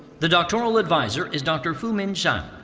the doctoral advisor is dr. fumin zhang.